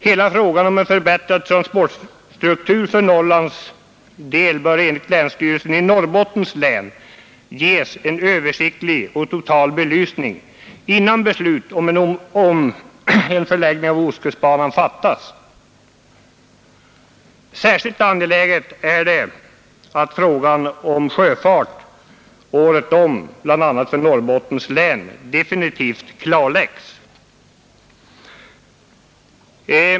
Hela frågan om en förbättrad transportstruktur för Norrlands del bör enligt länsstyrelsen i Norrbottens län ges en översiktlig och total belysning innan beslut om en förlängning av ostkustbanan fattas. Särskilt angeläget är det att frågan om sjöfart året om bl.a. för Norrbottens län definitivt klarläggs.